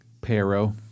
Pero